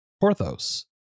porthos